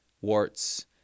warts